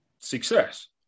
success